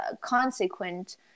consequent